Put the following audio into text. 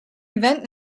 event